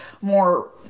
more